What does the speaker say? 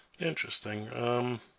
Interesting